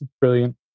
brilliant